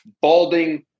balding